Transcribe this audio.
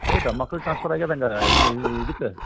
ಹೌದಾ ಮಕ್ಳು ಟ್ರಾನ್ಸ್ಫರ್ ಆಗ್ಯಾದೆ ಹಂಗಾರೆ ಇದಕ್ಕೆ